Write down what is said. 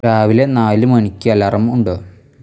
രാവിലെ നാല് മണിക്ക് അലാറം ഉണ്ടോ